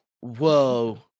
Whoa